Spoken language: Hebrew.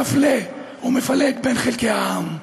מפלה ומפלג בין חלקי העם.